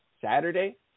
Saturday